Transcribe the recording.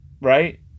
right